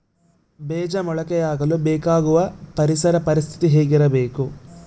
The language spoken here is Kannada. ಬೇಜ ಮೊಳಕೆಯಾಗಲು ಬೇಕಾಗುವ ಪರಿಸರ ಪರಿಸ್ಥಿತಿ ಹೇಗಿರಬೇಕು?